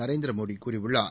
நரேந்திர மோடி கூறியுள்ளார்